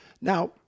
Now